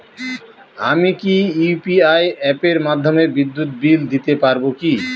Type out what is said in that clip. আমি কি ইউ.পি.আই অ্যাপের মাধ্যমে বিদ্যুৎ বিল দিতে পারবো কি?